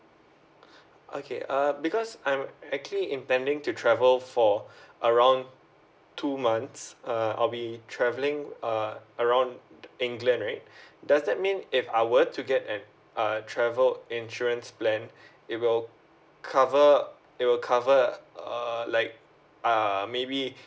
okay uh because I'm actually intending to travel for around two months uh I'll be travelling uh around england right does that mean if I were to get an uh travel insurance plan it will cover it will cover uh like uh maybe